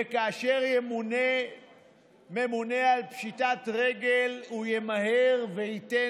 וכאשר ימונה ממונה על פשיטת רגל הוא ימהר וייתן